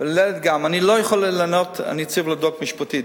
אני לא יכול לענות, אני צריך לבדוק משפטית.